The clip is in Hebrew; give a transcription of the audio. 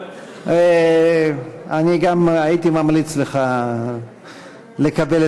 בקריאה טרומית ותועבר לוועדת הכלכלה של הכנסת לצורך הכנה לקריאה